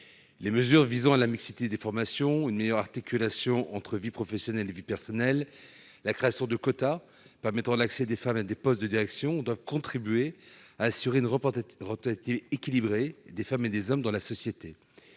Les mesures visant à la mixité des formations, à une meilleure articulation entre vie professionnelle et vie personnelle, à la création de quotas permettant l'accès des femmes à des postes de direction doivent contribuer à assurer une représentation équilibrée des femmes et des hommes dans la société.